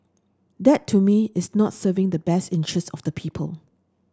that to me is not serving the best interests of the people